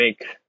make